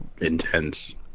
intense